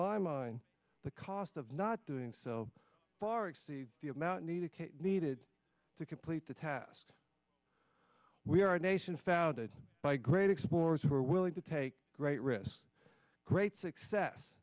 my mind the cost of not doing so far exceeds the amount needed needed to complete the task we are a nation founded by great explorers who are willing to take great risks great success